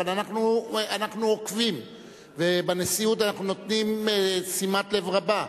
אבל אנחנו עוקבים ובנשיאות אנחנו נותנים שימת לב רבה.